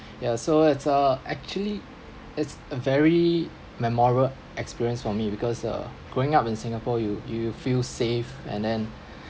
ya so it's uh actually it's a very memorial experience for me because uh growing up in singapore you you will feel safe and then